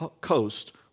Coast